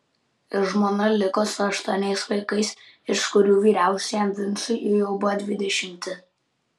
žmona liko su aštuoniais vaikais iš kurių vyriausiajam vincui jau buvo dvidešimti